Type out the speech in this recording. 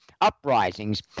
uprisings